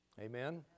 Amen